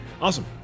Awesome